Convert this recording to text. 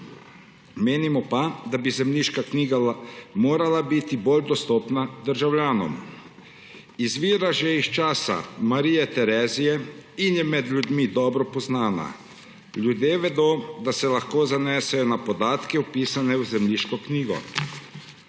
Menimo pa, da bi zemljiška knjiga morala biti bolj dostopna državljanom. Izvira še iz časa Marije Terezije in je med ljudmi dobro poznana. Ljudje vedo, da se lahko zanesejo na podatke, vpisane v zemljiško knjigo.